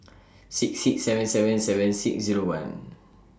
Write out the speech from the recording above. six six seven seven seven six Zero one